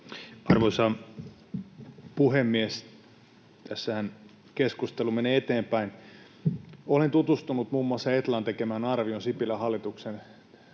Arvoisa puhemies! Tässähän keskustelu menee eteenpäin. Olen tutustunut muun muassa Etlan tekemään arvioon Sipilän hallituksen